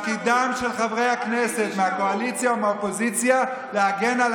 על חברי הקהילה הגאה?